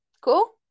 Cool